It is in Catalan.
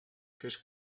fes